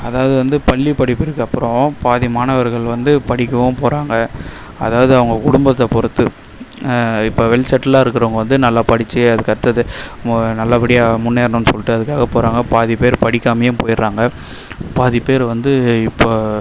அதாவது வந்து பள்ளி படிப்பிற்கு அப்புறம் பாதி மாணவர்கள் வந்து படிக்கவும் போகறாங்க அதாவது அவங்க குடும்பத்தை பொறுத்து இப்போ வெல் செட்டிலாம் இருக்குறவங்க வந்து நல்லா படிச்சு அதுக்கு அடுத்தது நல்லபடியாக முன்னேறணுன்னு சொல்லிட்டு அதுக்காக போகறாங்க பாதி பேர் படிக்காமையும் போயிவிடுறாங்க பாதி பேர் வந்து இப்போ